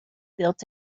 built